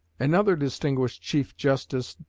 another distinguished chief justice,